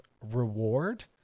reward